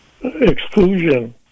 exclusion